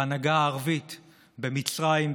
וההנהגה הערבית במצרים,